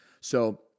so-